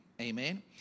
Amen